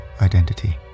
identity